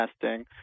testing